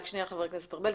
רק שנייה חה"כ ארבל.